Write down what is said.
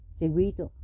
seguito